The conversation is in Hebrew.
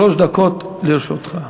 שלוש דקות לרשותך.